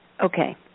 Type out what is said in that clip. Okay